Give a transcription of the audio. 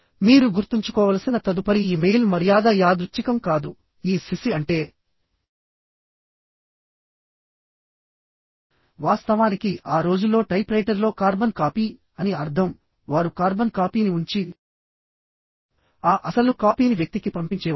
మీరు గుర్తుంచుకోవలసిన తదుపరి ఇమెయిల్ మర్యాద యాదృచ్ఛికం కాదు ఈ సిసి అంటే వాస్తవానికి ఆ రోజుల్లో టైప్రైటర్లో కార్బన్ కాపీ అని అర్థం వారు కార్బన్ కాపీని ఉంచి ఆ అసలు కాపీని వ్యక్తికి పంపించేవారు